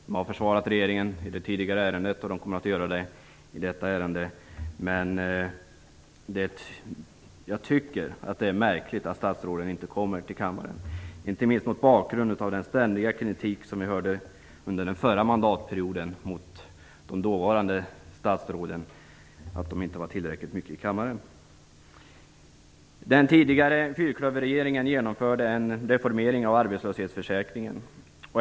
De har ju försvarat regeringen i förra ärendet och kommer att göra det också i detta ärende. Men jag tycker, som sagt, att det är märkligt att statsråden inte kommer till kammaren, inte minst mot bakgrund av den kritik som under förra mandatperioden ständigt riktades mot de dåvarande statsråden för att de inte var tillräckligt mycket i kammaren. Den tidigare fyrklöverregeringen genomförde en reformering av arbetslöshetsförsäkringen.